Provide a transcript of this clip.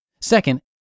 Second